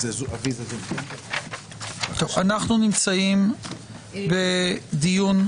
אנחנו בדיון,